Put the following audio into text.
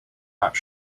not